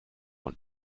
von